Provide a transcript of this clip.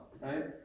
right